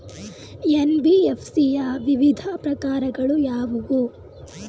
NBFC ಯ ವಿವಿಧ ಪ್ರಕಾರಗಳು ಯಾವುವು?